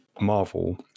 Marvel